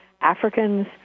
Africans